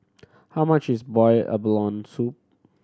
how much is boiled abalone soup